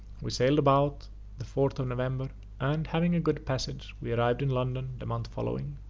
we sailed about the fourth of november and, having a good passage, we arrived in london the month following,